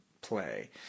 play